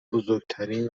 بزرگترین